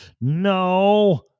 no